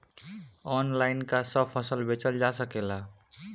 Online का सब फसल बेचल जा सकेला?